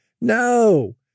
No